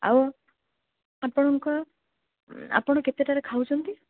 ଆଉ ଆପଣଙ୍କ ଆପଣ କେତେଟାରେ ଖାଉଛନ୍ତି